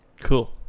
Cool